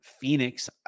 Phoenix